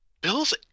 Bill's